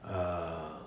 err